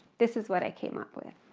this is what i came up with.